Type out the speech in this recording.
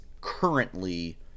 Currently